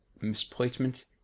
misplacement